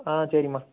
ஆ சரிம்மா